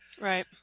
right